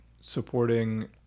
supporting